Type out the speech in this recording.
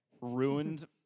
ruined